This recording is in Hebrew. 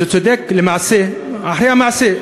צודק למעשה אחרי המעשה,